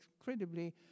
incredibly